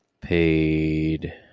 paid